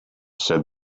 said